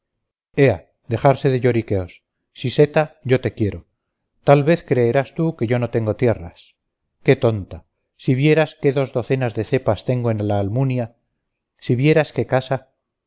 dejarse de lloriqueos siseta yo te quiero tal vez creerás tú que yo no tengo tierras qué tonta si vieras qué dos docenas de cepas tengo en la almunia si vieras qué casa